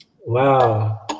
wow